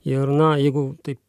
ir na jeigu taip